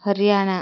Haryana